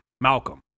Malcolm